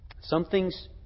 Something's